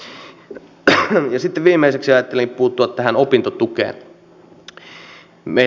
ja sitten viimeiseksi ajattelin puuttua tähän opintotukeen